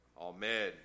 Amen